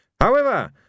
However—